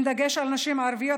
עם דגש על נשים ערביות,